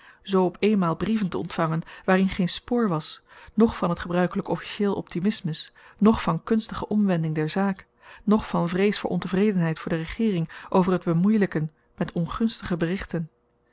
zoo op eenmaal brieven te ontvangen waarin geen spoor was noch van t gebruikelyk officieel optimismus noch van kunstige omwending der zaak noch van vrees voor ontevredenheid van de regeering over t bemoeielyken met ongunstige berichten